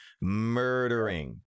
murdering